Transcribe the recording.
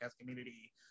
community